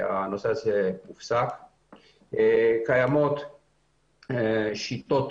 קיימות שיטות